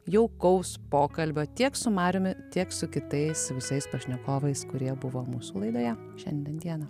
jaukaus pokalbio tiek su mariumi tiek su kitais visais pašnekovais kurie buvo mūsų laidoje šiandien dieną